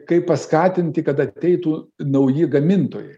kaip paskatinti kad ateitų nauji gamintojai